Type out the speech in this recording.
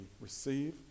receive